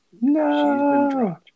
No